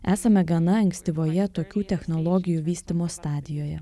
esame gana ankstyvoje tokių technologijų vystymo stadijoje